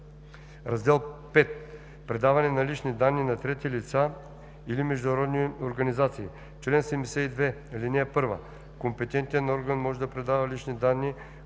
Раздел IV Предаване на лични данни на трети държави или международни организации Чл. 72. (1) Компетентен орган може да предава лични данни,